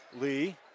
Lee